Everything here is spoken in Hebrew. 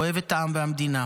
אוהב את העם והמדינה.